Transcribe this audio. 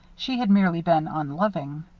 she had merely been unloving.